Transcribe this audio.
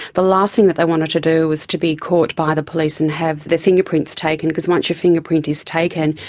the last thing that they wanted to do was to be caught by the police and have their fingerprints taken because once your fingerprint is taken,